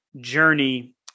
journey